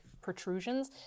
protrusions